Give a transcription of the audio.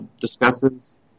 discusses